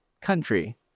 country